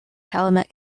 calumet